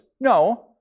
No